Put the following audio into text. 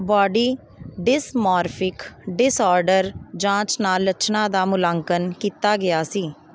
body dysmorphic disorder ਜਾਂਚ ਨਾਲ ਲੱਛਣਾਂ ਦਾ ਮੁਲਾਂਕਣ ਕੀਤਾ ਗਿਆ ਸੀ